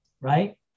Right